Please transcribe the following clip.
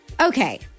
okay